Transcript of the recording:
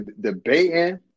debating